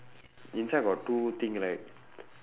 inside got two thing right